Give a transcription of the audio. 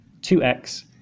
2x